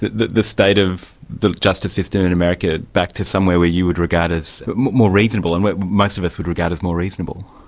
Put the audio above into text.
the the state of the justice system in america back to somewhere where you would regard as more reasonable, and most of us would regard as more reasonable?